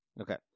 Okay